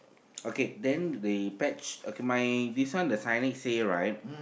okay then they pet okay my this one the signage say right